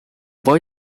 boy